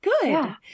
Good